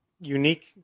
unique